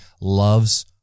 loves